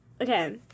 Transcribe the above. Okay